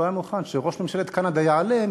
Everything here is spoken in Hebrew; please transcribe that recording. לא היה מוכן שראש ממשלת קנדה יעלה,